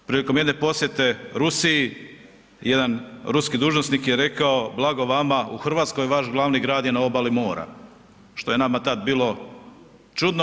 Prilikom jedne posjete Rusiji jedan ruski dužnosnik je rekao blago vama u Hrvatskoj vaš glavni grad je na obali mora, što je nama tad bilo čudno.